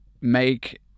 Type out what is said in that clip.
make